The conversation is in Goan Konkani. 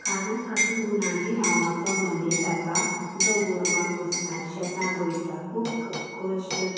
कारण तातूंत गुणाजी नांवाचो मनीस आसा जो गोरवांक पोसता शेतां रोयता खूब कश्ट